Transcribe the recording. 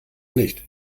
nicht